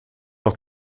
auch